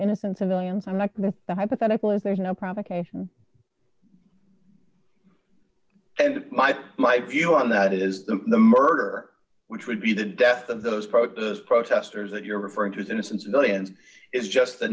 innocent civilians and the hypothetical is there is no provocation and my my view on that is the the murder which would be the death of those protesters protesters that you're referring to is innocent civilians is just the